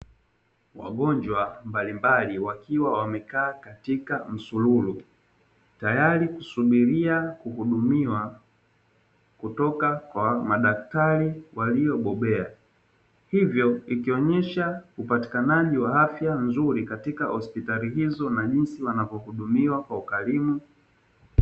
Wagonjwa mbalimbali wakiwa wamekaa katika msururu, tayari kusubiria kuhudumiwa kutoka kwa madaktari waliobobea. Hivyo ikionyesha upatikanaji wa afya nzuri katika hospitali hizo na jinsi wanavyohudumiwa kwa ukarimu.